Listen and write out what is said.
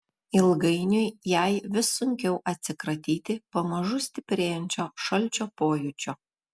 ilgainiui jai vis sunkiau atsikratyti pamažu stiprėjančio šalčio pojūčio